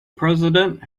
president